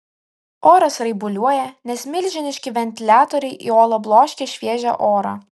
oras raibuliuoja nes milžiniški ventiliatoriai į olą bloškia šviežią orą